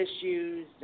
issues